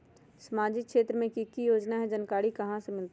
सामाजिक क्षेत्र मे कि की योजना है जानकारी कहाँ से मिलतै?